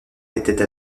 étaient